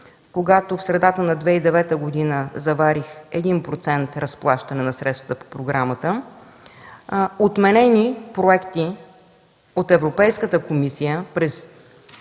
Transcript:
когато в средата на 2009 г. заварих 1% разплащане на средства по програмата, отменени проекти от Европейската комисия на